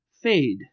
fade